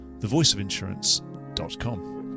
thevoiceofinsurance.com